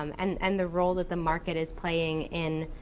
um and and the role that the market is playing in